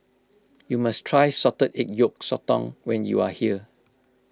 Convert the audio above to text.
you must try Salted Egg Yolk Sotong when you are here